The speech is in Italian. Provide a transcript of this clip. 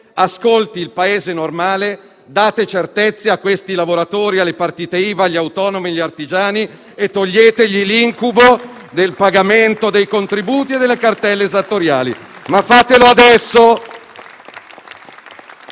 ascolti il Paese normale. Date certezza a questi lavoratori, alle partite IVA, agli autonomi, agli artigiani e toglietegli l'incubo del pagamento dei contributi e delle cartelle esattoriali, ma fatelo adesso.